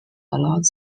allowed